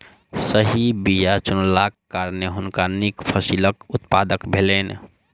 सही बीया चुनलाक कारणेँ हुनका नीक फसिलक उत्पादन भेलैन